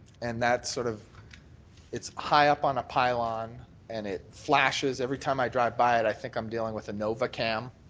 and sort of it's high up on a pylon and it flashes. every time i drive by it i think i'm dealing with a nova cam.